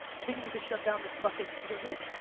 i think you need to shut down this fucking you doing good?